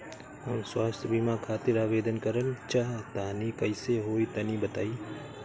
हम स्वास्थ बीमा खातिर आवेदन करल चाह तानि कइसे होई तनि बताईं?